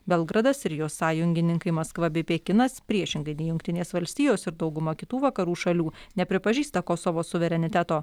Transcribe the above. belgradas ir jos sąjungininkai maskva bei pekinas priešingai nei jungtinės valstijos ir dauguma kitų vakarų šalių nepripažįsta kosovo suvereniteto